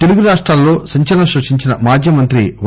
తెలుగు రాష్టాలలో సంచలనం సృష్టించిన మాజీ మంత్రి పై